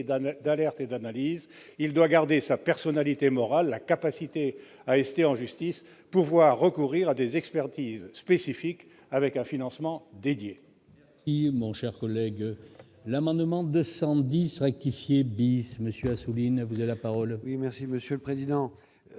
d'alerte et d'analyse. Il doit conserver sa personnalité morale, la capacité à ester en justice. Enfin, il doit pouvoir recourir à des expertises spécifiques avec un financement dédié.